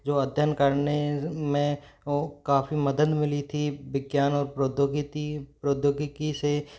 जो अध्ययन करने में वो काफ़ी मदन मिली थी विज्ञान और प्रौद्योगिती प्रौद्योगिकी से